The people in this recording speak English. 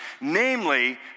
namely